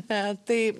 a tai